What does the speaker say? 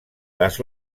las